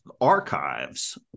archives